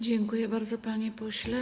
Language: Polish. Dziękuję bardzo, panie pośle.